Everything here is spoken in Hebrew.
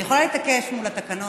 אני יכולה להתעקש שוב על התקנון,